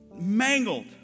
mangled